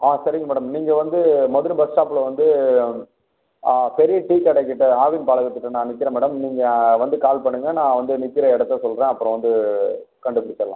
ஆ சரிங்க மேடம் நீங்கள் வந்து மதுரை பஸ் ஸ்டாப்பில் வந்து பெரிய டீ கடைக்கிட்டே ஆவின் பாலகத்துக்கிட்டே நான் நிற்கிறேன் மேடம் நீங்கள் வந்து கால் பண்ணுங்கள் நான் வந்து நிற்கிற இடத்த சொல்கிறேன் அப்புறம் வந்து கண்டுபிடிச்சிட்லாம்